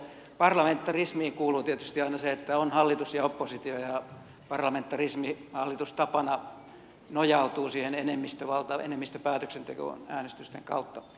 parlamentarismiin kuuluu tietysti aina se että on hallitus ja oppositio ja parlamentarismi hallitustapana nojautuu siihen enemmistövaltaan enemmistöpäätöksentekoon äänestysten kautta